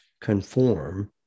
conform